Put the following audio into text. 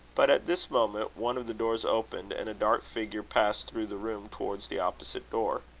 but at this moment, one of the doors opened, and a dark figure passed through the room towards the opposite door.